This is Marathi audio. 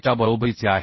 च्या बरोबरीचे आहे